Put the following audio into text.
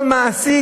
כל מעסיק,